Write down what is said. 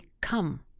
come